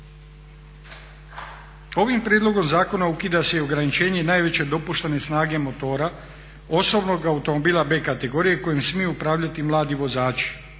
Ovim prijedlogom zakona ukida se i ograničenje najveće dopuštene snage motora, osobnog automobila B-kategorije kojim smiju upravljati mladi vozači